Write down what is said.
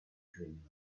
dreamland